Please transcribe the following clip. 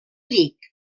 dic